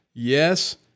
Yes